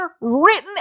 written